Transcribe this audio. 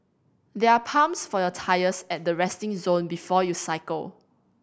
there are pumps for your tyres at the resting zone before you cycle